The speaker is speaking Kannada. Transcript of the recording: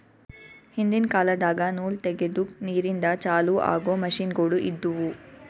ಹಿಂದಿನ್ ಕಾಲದಾಗ ನೂಲ್ ತೆಗೆದುಕ್ ನೀರಿಂದ ಚಾಲು ಆಗೊ ಮಷಿನ್ಗೋಳು ಇದ್ದುವು